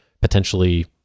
potentially